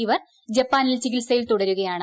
ഇവർ ജപ്പാനിൽ ചികിത്സയിൽ തുടരുകയാണ്